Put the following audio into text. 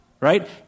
right